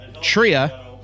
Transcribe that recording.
tria